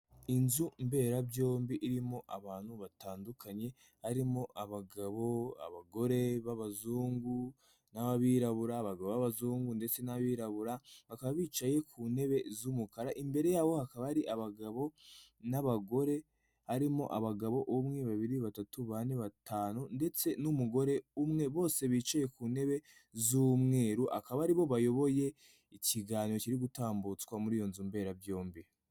Inzu mberabyombi harimo abantu batandukanye, barimo abagabo n’abagore, harimo abirabura n’abazungu. bakaba bicaye ku ntebe z’umukara. Imbere yabo hari abagabo n’umugore umwe, bose bicaye ku ntebe z’umweru. Akaba aribo bayoboye ikiganiro kiri gutambutswa muri iyo nzu mberabyombi.